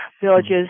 villages